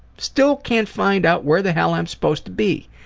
still can't find out where the hell i'm supposed to be.